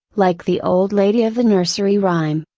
like the old lady of the nursery rhyme,